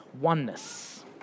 oneness